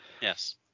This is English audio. Yes